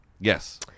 Yes